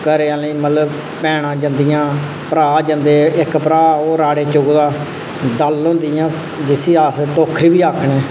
घरै आह्लें ई मतलब भैना जंदियां सारियां किट्ठियां भ्रा जंदे इक भ्रा राह्ड़े चुकदा डल्ल होंदी जि'यां जिसी अस टोक्खरी बी आखने